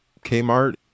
Kmart